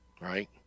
Right